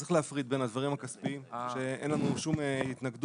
שצריך להפריד בין הדברים הכספיים שאין לנו שום התנגדות